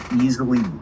easily